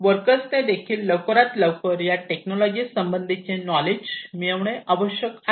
workers ने देखील लवकरात लवकर या टेक्नॉलॉजी संबंधीचे नॉलेज मिळवणे आवश्यक आहे